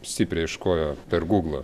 stipriai ieškojo per gūglą